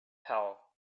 hell